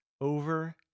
over